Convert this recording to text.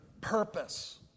purpose